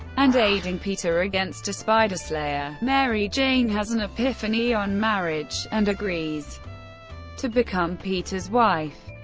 and aiding peter against a spider-slayer, mary jane has an epiphany on marriage, and agrees to become peter's wife.